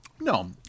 No